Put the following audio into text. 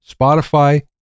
Spotify